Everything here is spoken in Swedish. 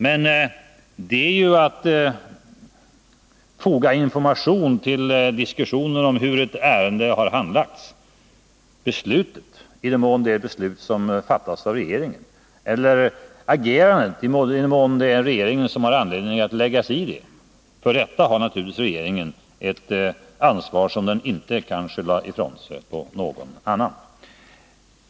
Men det innebär bara att man fogar information till diskussionen om hur ett ärende har handlagts. Beslutet — i den mån det rör något som regeringen har anledning att befatta sig med — har naturligtvis regeringen ansvar för, ett ansvar som den inte kan skjuta ifrån sig på någon annan.